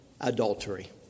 adultery